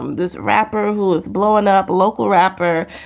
um this rapper who is blowing up local rapper.